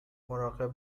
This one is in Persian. مراقب